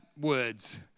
words